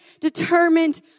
determined